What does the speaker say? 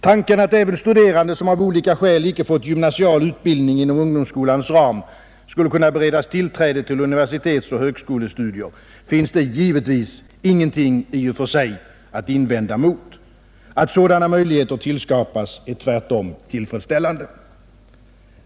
Tanken att även studerande som av olika skäl inte har fått gymnasial utbildning inom ungdomsskolans ram skulle kunna beredas tillträde till universitetsoch högskolestudier finns det givetvis ingenting i och för sig att invända mot. Att sådana möjligheter tillskapas är tvärtom tillfredsställande.